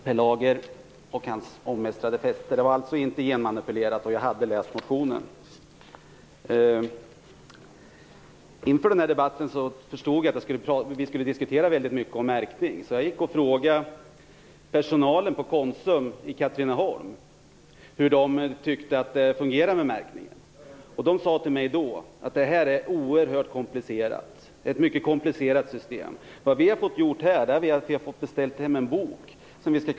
Fru talman! Per Lagers omestrade fetter var alltså inte genmanipulerade. Jag hade läst motionen. Inför denna debatt förstod jag att vi skulle diskutera märkning väldigt mycket. Jag gick och frågade personalen på Konsum i Katrineholm om hur de tyckte att märkningen fungerade. De sade till mig att det är ett oerhört komplicerat system. De hade fått beställa hem en bok.